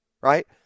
Right